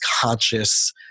conscious